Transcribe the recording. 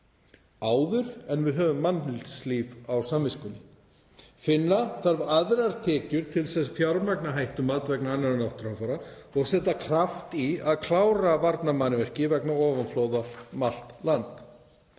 áður en við höfum mannslíf á samviskunni. Finna þarf aðrar tekjur til að fjármagna hættumat vegna annarra náttúruhamfara og setja kraft í að klára varnarmannvirki vegna ofanflóða um allt land.